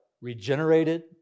regenerated